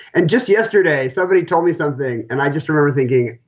and just yesterday, somebody told me something. and i just remember thinking,